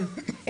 כן.